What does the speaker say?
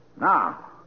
Now